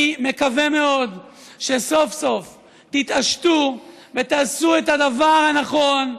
אני מקווה מאוד שסוף-סוף תתעשתו ותעשו את הדבר הנכון,